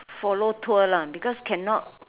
follow tour lah because cannot